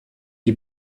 die